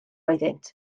oeddynt